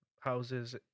houses